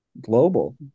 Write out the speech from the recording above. global